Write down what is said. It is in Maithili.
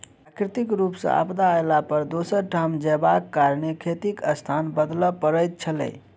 प्राकृतिक रूप सॅ आपदा अयला पर दोसर ठाम जायबाक कारणेँ खेतीक स्थान बदलय पड़ैत छलै